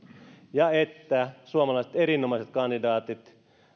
ja että suomalaisista erinomaisista kandidaateista